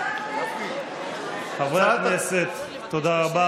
חברי הכנסת, תודה רבה.